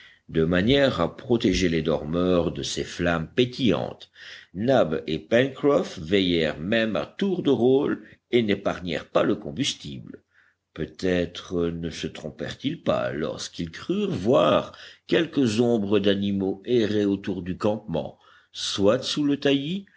de manière à protéger les dormeurs de ses flammes pétillantes nab et pencroff veillèrent même à tour de rôle et n'épargnèrent pas le combustible peut-être ne se trompèrent ils pas lorsqu'ils crurent voir quelques ombres d'animaux errer autour du campement soit sous le